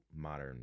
modern